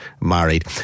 married